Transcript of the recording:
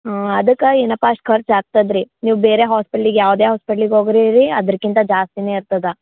ಹ್ಞೂ ಅದಕ್ಕ ಏನಪ್ಪ ಅಷ್ಟು ಖರ್ಚ್ ಆಗ್ತದ ರೀ ನೀವು ಬೇರೆ ಹಾಸ್ಪಿಟ್ಲಿಗೆ ಯಾವುದೇ ಹಾಸ್ಪಿಟ್ಲಿಗೆ ಹೋಗ್ರಿ ಅದರಕ್ಕಿಂತ ಜಾಸ್ತಿನೇ ಇರ್ತದ